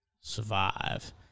Survive